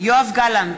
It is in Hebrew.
יואב גלנט,